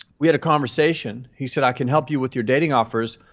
we had a conversation. he said, i can help you with your dating offers,